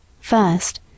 First